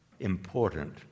important